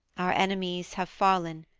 our enemies have fallen,